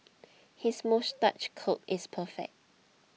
his moustache curl is perfect